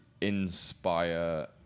inspire